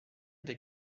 des